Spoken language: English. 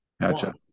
Gotcha